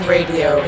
Radio